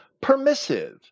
permissive